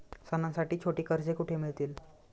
सणांसाठी छोटी कर्जे कुठे मिळतील?